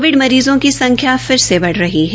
Covid मरीजों की संख्या फिर से बढ़ रही है